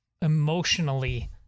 emotionally